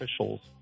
officials